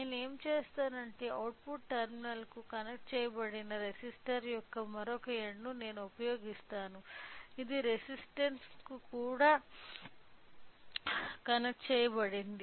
నేను ఏమి చేస్తానంటే అవుట్పుట్ టెర్మినల్కు కనెక్ట్ చెయ్యబడిన రెసిస్టర్ యొక్క మరొక ఎండ్ ను నేను ఉపయోగిస్తాను ఇది రెసిస్టన్స్ కూడా కనెక్ట్ చేయబడింది